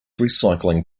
recycling